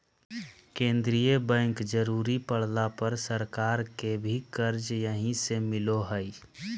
केंद्रीय बैंक जरुरी पड़ला पर सरकार के भी कर्जा यहीं से मिलो हइ